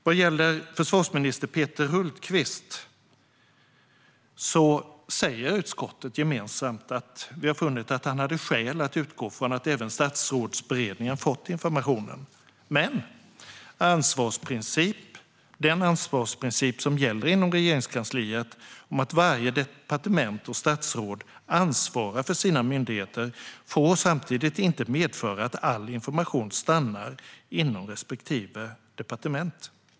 Vad gäller försvarsminister Peter Hultqvist säger utskottet gemensamt att man har funnit att han hade skäl att utgå från att även Statsrådsberedningen hade fått informationen. Men den ansvarsprincip som gäller inom regeringen om att varje departement och statsråd ansvarar för sina myndigheter får samtidigt inte medföra att all information stannar inom respektive departement.